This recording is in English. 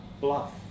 bluff